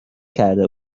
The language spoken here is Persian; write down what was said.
کرده